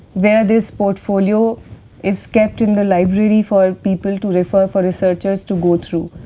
where this portfolio is kept in the library for people to refer, for researchers to go through.